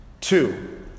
Two